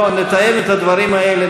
בואו נתאם את הדברים האלה,